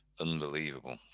Unbelievable